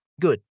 Good